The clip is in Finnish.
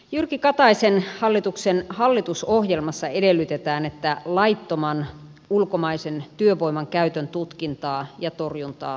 jyrki kataisen hallituksen hallitusohjelmassa edellytetään että laittoman ulkomaisen työvoiman käytön tutkintaa ja torjuntaa tehostetaan